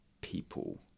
people